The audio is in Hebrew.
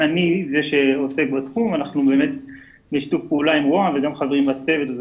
אנחנו בשיתוף פעולה עם משרד ראש הממשלה וגם חברים בצוות,